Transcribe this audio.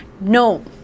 no